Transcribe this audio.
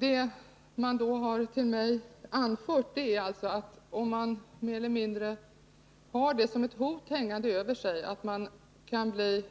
Det har sagts mig, att om man mer eller mindre har som ett hot hängande "7 över sig att man kan bli